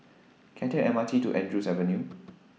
Can I Take The M R T to Andrews Avenue